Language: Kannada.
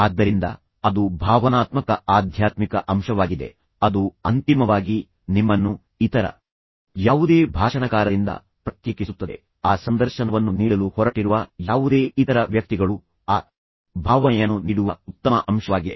ಆದ್ದರಿಂದ ಅದು ಭಾವನಾತ್ಮಕ ಆಧ್ಯಾತ್ಮಿಕ ಅಂಶವಾಗಿದೆ ಅದು ಅಂತಿಮವಾಗಿ ನಿಮ್ಮನ್ನು ಇತರ ಯಾವುದೇ ಭಾಷಣಕಾರರಿಂದ ಪ್ರತ್ಯೇಕಿಸುತ್ತದೆ ಆ ಸಂದರ್ಶನವನ್ನು ನೀಡಲು ಹೊರಟಿರುವ ಯಾವುದೇ ಇತರ ವ್ಯಕ್ತಿಗಳು ಆ ಭಾವನೆಯನ್ನು ನೀಡುವ ಉತ್ತಮ ಅಂಶವಾಗಿದೆ